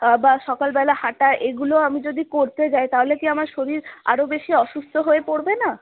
বা সকালবেলা হাঁটা এগুলো আমি যদি করতে যাই তাহলে কি আমার শরীর আরো বেশি অসুস্থ হয়ে পড়বে না